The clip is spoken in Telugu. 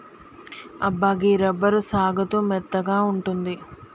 అబ్బా గీ రబ్బరు సాగుతూ మెత్తగా ఉంటుంది